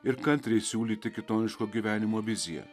ir kantriai siūlyti kitoniško gyvenimo viziją